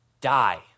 die